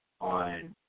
on